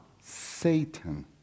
Satan